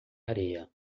areia